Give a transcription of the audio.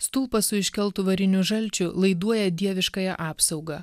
stulpas su iškeltu variniu žalčiu laiduoja dieviškąją apsaugą